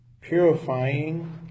Purifying